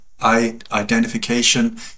identification